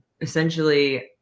essentially